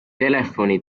telefoni